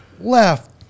Left